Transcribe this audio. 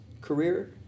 career